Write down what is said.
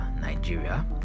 Nigeria